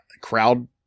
crowd